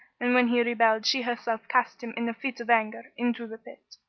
and when he rebelled she herself cast him, in a fit of anger, into the pit.